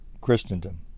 Christendom